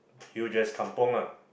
huge ass kampung lah